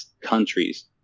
countries